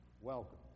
Welcome